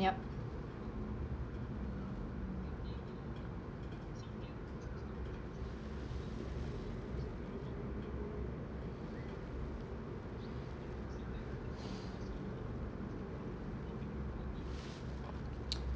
yup